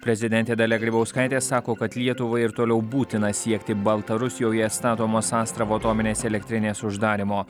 prezidentė dalia grybauskaitė sako kad lietuvai ir toliau būtina siekti baltarusijoje statomos astravo atominės elektrinės uždarymo